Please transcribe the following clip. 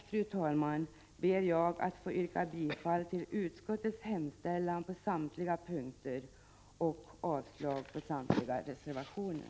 Med detta ber jag att få yrka bifall till utskottets hemställan på samtliga punkter vilket innebär avslag på samtliga reservationer.